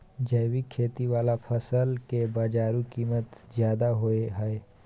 जैविक खेती वाला फसल के बाजारू कीमत ज्यादा होय हय